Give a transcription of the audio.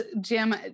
Jim